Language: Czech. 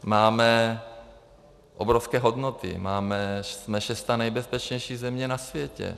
Máme obrovské hodnoty, jsme šestá nejbezpečnější země na světě.